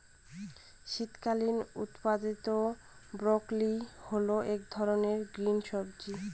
শীতকালীন উৎপাদীত ব্রোকলি হল এক ধরনের গ্রিন সবজি